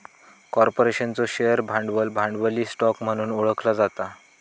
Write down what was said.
कॉर्पोरेशनचो शेअर भांडवल, भांडवली स्टॉक म्हणून ओळखला जाता